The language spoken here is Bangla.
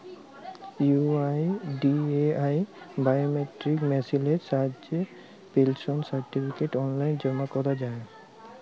ইউ.এই.ডি.এ.আই বায়োমেট্রিক মেসিলের সাহায্যে পেলশল সার্টিফিকেট অললাইল জমা ক্যরা যায়